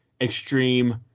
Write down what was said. extreme